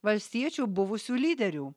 valstiečių buvusių lyderių